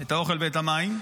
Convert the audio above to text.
את האוכל ואת המים,